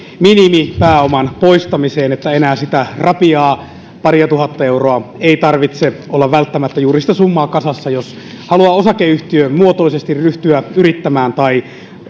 minimipääoman poistamiseen niin että enää sitä rapiaa paria tuhatta euroa juuri sitä summaa ei tarvitse välttämättä olla kasassa jos haluaa osakeyhtiömuotoisesti ryhtyä yrittämään tai